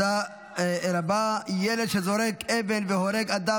שפתח עלינו